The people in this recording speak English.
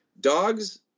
dogs